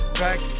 back